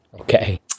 okay